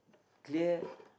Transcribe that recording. here